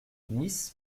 nice